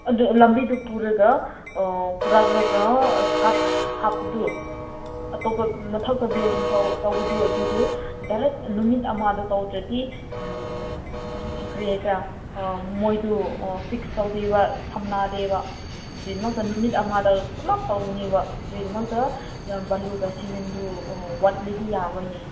ꯑꯗꯨ ꯂꯝꯕꯤꯗꯨ ꯄꯨꯔꯒ ꯄꯨꯔꯛꯂꯒ ꯑꯁ ꯍꯥꯞꯄꯗꯨ ꯑꯇꯣꯞꯄ ꯃꯊꯛꯇ ꯕꯤꯜꯗꯤꯡ ꯇꯧꯕꯗꯨ ꯑꯗꯨꯗꯨ ꯗꯥꯏꯔꯦꯛ ꯅꯨꯃꯤꯠ ꯑꯃꯗ ꯇꯧꯗ꯭ꯔꯗꯤ ꯀꯔꯤ ꯍꯥꯏꯁꯤꯔꯥ ꯃꯣꯏꯗꯨ ꯐꯤꯛꯁ ꯇꯧꯗꯦꯕ ꯁꯝꯅꯗꯦꯕ ꯑꯗꯨꯒꯤꯗꯃꯛꯇ ꯅꯨꯃꯤꯠ ꯑꯃꯗ ꯄꯨꯂꯞ ꯇꯧꯒꯅꯤꯕ ꯑꯗꯨꯒꯤꯗꯃꯛꯇ ꯕꯥꯜꯂꯨꯒ ꯁꯤꯃꯦꯟꯗꯨ ꯋꯥꯠꯂꯗꯤ ꯌꯥꯔꯣꯏꯅꯦ